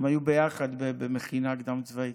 הם היו ביחד במכינה קדם-צבאית.